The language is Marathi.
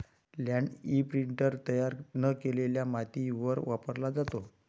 लँड इंप्रिंटर तयार न केलेल्या मातीवर वापरला जातो